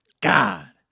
God